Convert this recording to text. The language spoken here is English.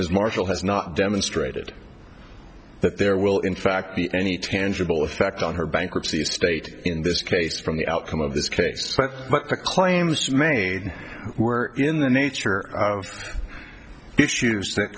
this marshall has not demonstrated that there will in fact the any tangible effect on her bankruptcy state in this case from the outcome of this case but the claims made were in the nature of issues that